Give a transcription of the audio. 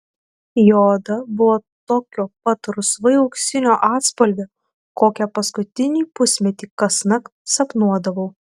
jo oda buvo tokio pat rusvai auksinio atspalvio kokią paskutinį pusmetį kasnakt sapnuodavau